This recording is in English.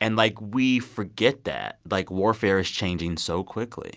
and, like, we forget that. like, warfare is changing so quickly